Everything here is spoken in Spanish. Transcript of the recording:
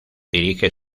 dirige